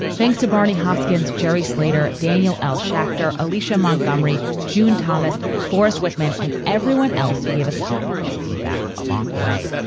thanks to barney hoskins, jerry slater, daniel l. schachter, alicia montgomery, june thomas, forrest wickman and everyone else who gave us health and feedback along the way.